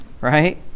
Right